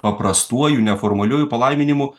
paprastuoju neformaliuoju palaiminimu